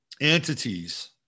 entities